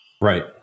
Right